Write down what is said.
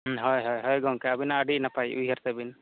ᱦᱳᱭ ᱦᱳᱭ ᱦᱳᱭ ᱜᱚᱝᱠᱮ ᱟᱵᱤᱱᱟᱜ ᱟᱹᱵᱤ ᱱᱟᱯᱟᱭ ᱩᱭᱦᱟᱹᱨ ᱛᱟᱵᱤᱱ